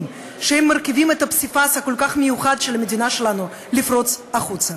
שמרכיבים את הפסיפס הכל-כך מיוחד של המדינה שלנו לפרוץ החוצה.